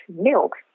milk